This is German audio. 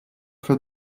für